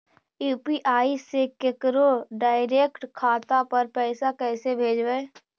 UPI से केकरो direct खाता पर पैसा कैसे भेजबै?